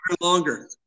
longer